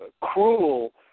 cruel